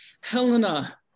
Helena